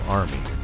army